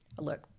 look